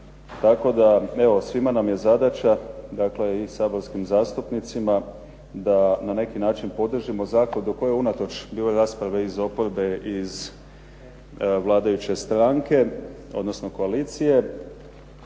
Tako da evo svima nam je zadaća, dakle i saborskim zastupnicima da na neki način podržimo zakladu koju unatoč, bilo je rasprave iz oporbe i iz vladajuće stranke, odnosno koalicije.